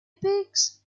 pigs